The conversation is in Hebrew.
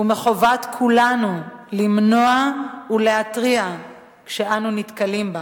וחובת כולנו למנוע ולהתריע כשאנו נתקלים בה.